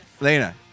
Lena